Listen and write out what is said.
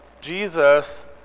Jesus